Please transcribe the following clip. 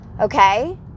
Okay